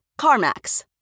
CarMax